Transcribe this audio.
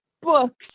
books